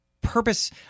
purpose